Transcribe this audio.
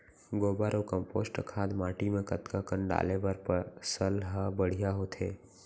गोबर अऊ कम्पोस्ट खाद माटी म कतका कन डाले बर फसल ह बढ़िया होथे?